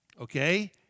Okay